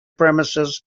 premises